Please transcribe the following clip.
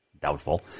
Doubtful